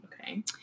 Okay